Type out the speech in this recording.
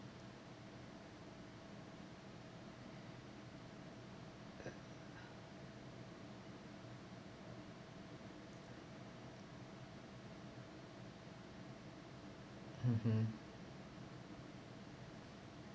mmhmm